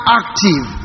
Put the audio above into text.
active